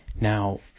Now